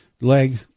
leg